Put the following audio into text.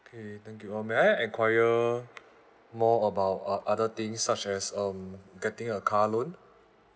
okay thank you oh may I enquire more about o~ other things such as um getting a car loan